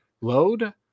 load